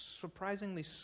surprisingly